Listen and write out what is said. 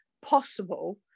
possible